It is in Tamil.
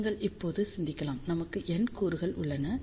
நீங்கள் இப்போது சிந்திக்கலாம் நமக்கு N கூறுகள் உள்ளன